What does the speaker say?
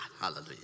Hallelujah